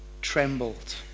trembled